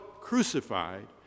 crucified